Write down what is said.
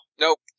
Nope